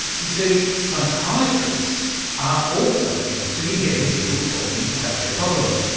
you see, psychiatrists are also interested in getting people talking about their problems.